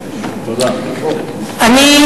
גם אם